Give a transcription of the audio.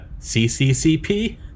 CCCP